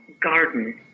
garden